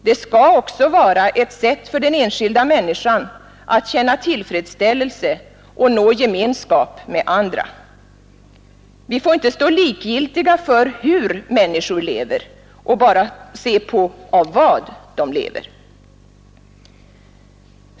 Det skall också vara ett sätt för den enskilda människan att känna tillfredsställelse och nå gemenskap med andra. Vi får inte stå likgiltiga för hur människor lever och bara se på av vad de lever.